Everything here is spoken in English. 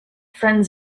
friend